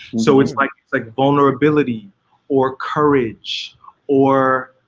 so it's like it's like vulnerability or courage or